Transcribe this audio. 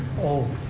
oh,